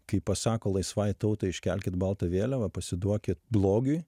kai pasako laisvai tautai iškelkit baltą vėliavą pasiduokit blogiui